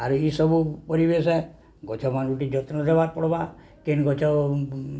ଆରୁ ଇସବୁ ପରିବେଶ ଗଛମାନଙ୍କୁ ଟିକେ ଯତ୍ନ ଦେବାକେ ପଡ଼୍ବା କେନ୍ ଗଛ